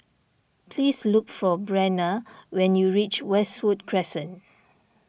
please look for Brenna when you reach Westwood Crescent